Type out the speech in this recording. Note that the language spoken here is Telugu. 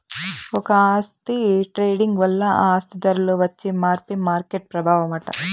ఒక ఆస్తి ట్రేడింగ్ వల్ల ఆ ఆస్తి ధరలో వచ్చే మార్పే మార్కెట్ ప్రభావమట